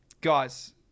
Guys